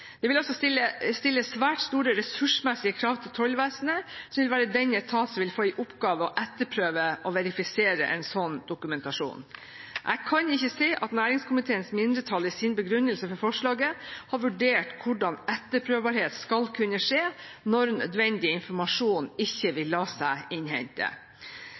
Det vil også stille svært store ressursmessige krav til Tollvesenet, som vil være den etaten som vil få i oppgave å etterprøve og verifisere en sånn dokumentasjon. Jeg kan ikke se at næringskomiteens mindretall i sin begrunnelse for forslaget har vurdert hvordan etterprøvbarhet skal kunne skje når nødvendig informasjon ikke vil la seg innhente.